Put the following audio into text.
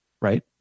Right